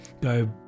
go